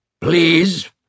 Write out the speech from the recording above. Please